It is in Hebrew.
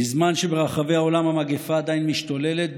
בזמן שברחבי העולם המגפה עדיין משתוללת,